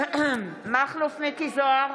מכלוף מיקי זוהר,